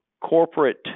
corporate